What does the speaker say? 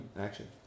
action